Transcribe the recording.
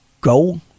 go